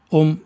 om